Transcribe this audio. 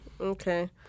Okay